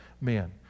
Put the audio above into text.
men